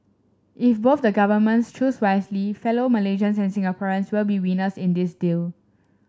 if both the governments choose wisely fellow Malaysians and Singaporeans will be winners in this deal